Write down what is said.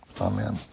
Amen